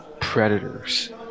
predators